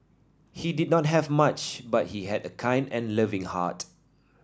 he did not have much but he had a kind and loving heart